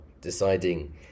deciding